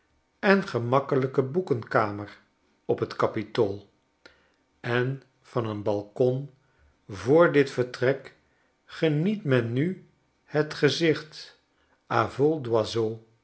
en gemakkelijke boekenkamer op t kapitool en van een balkon voor dit vertrek geniet men nu het gezicht